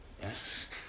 Yes